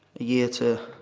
year to